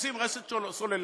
פורסים רשת סלולרית?